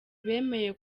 bemeye